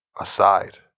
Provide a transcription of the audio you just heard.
aside